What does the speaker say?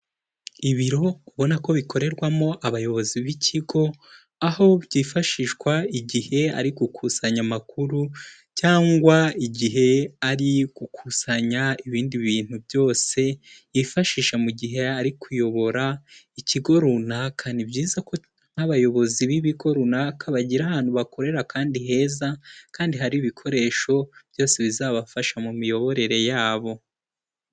Ibiro ubona ko bikorerwamo abayobozi b'ikigo, aho byifashishwa igihe ari gukusanya amakuru cyangwa igihe ari gukusanya ibindi bintu byose yifashisha mu gihe ari kuyobora ikigo runaka, ni byiza ko nk'abayobozi b'ibigo runaka bagira ahantu bakorera kandi heza kandi hari ibikoresho byose bizabafasha mu miyoborere yabo.